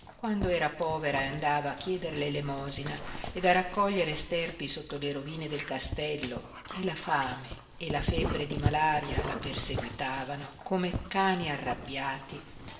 quando era povera e andava a chieder l'elemosina ed a raccogliere sterpi sotto le rovine del castello e la fame e la febbre di malaria la perseguitavano come cani arrabbiati